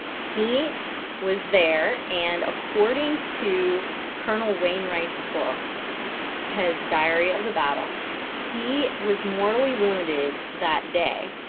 he was there and according to colonel wayne wright's and book his diary of the battle he was mortally wounded that day